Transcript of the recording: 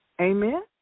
Amen